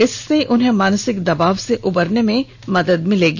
इससे उन्हें मानसिक दबाव से उबरने में मदद मिलेगी